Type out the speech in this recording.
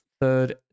third